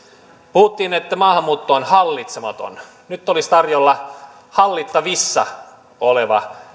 puhuttiin että maahanmuutto on hallitsematon nyt olisi tarjolla hallittavissa oleva